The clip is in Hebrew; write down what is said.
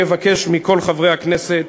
אני אבקש מכל חברי הכנסת